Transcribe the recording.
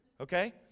okay